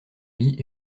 lit